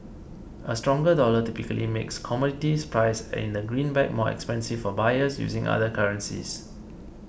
a stronger dollar typically makes commodities priced in the green back more expensive for buyers using other currencies